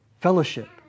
fellowship